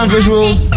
visuals